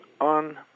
on